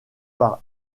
par